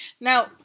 Now